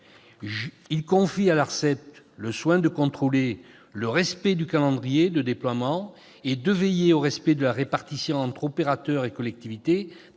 Il confie à l'ARCEP le soin de contrôler le respect du calendrier de déploiement et de veiller au respect de la répartition entre opérateurs et collectivités